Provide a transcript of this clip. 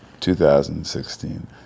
2016